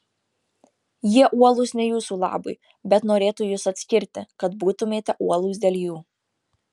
jie uolūs ne jūsų labui bet norėtų jus atskirti kad būtumėte uolūs dėl jų